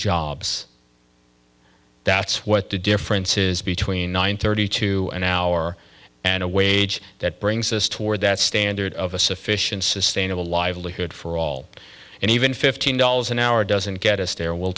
jobs that's what the differences between nine thirty two an hour and a wage that brings us toward that standard of a sufficient sustainable livelihood for all and even fifteen dollars an hour doesn't get us there we'll